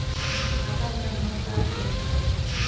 खाता मे आधार कार्ड कईसे जुड़ि?